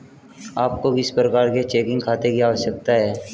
आपको किस प्रकार के चेकिंग खाते की आवश्यकता है?